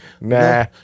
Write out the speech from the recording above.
nah